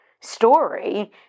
story